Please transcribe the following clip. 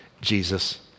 Jesus